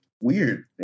weird